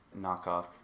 knockoff